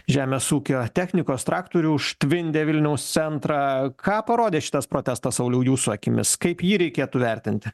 žemės ūkio technikos traktorių užtvindė vilniaus centrą ką parodė šitas protestas sauliau jūsų akimis kaip jį reikėtų vertinti